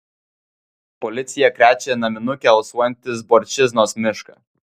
policija krečia naminuke alsuojantį zborčiznos mišką